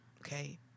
Okay